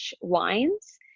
wines